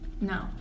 No